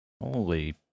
Holy